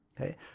Okay